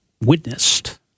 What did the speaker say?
witnessed